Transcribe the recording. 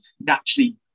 naturally